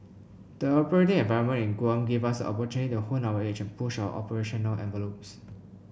the operating environment in Guam gave us the opportunity to hone our edge and push our operational envelopes